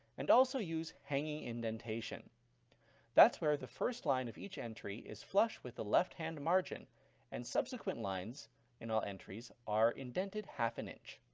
and also use hanging indentation that's where the first line of each entry is flush with the left-hand margin and subsequent lines in all entries are indented half an inch.